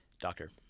Doctor